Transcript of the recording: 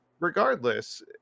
Regardless